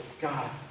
God